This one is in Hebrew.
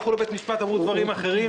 הלכו לבית משפט ואמרו דברים אחרים.